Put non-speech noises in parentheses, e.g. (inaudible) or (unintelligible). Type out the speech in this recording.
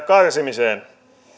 (unintelligible) karsimiseen